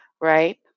right